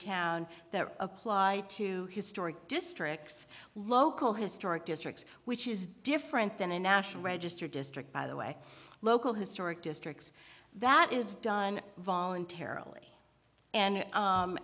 town that apply to historic districts local historic districts which is different than a national register district by the way local historic districts that is done voluntarily and